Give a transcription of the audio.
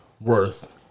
worth